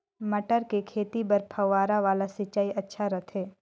मटर के खेती बर फव्वारा वाला सिंचाई अच्छा रथे?